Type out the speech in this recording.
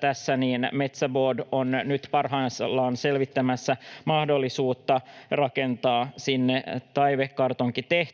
Tässä myös Metsä Board on parhaillaan selvittämässä mahdollisuutta rakentaa sinne taivekartonkitehdas,